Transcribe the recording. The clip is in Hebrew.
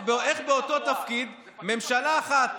מה זה "בחורה"?